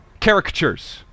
Caricatures